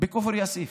בכפר יאסיף,